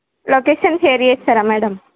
location share చేస్తారా madam